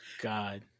God